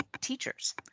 teachers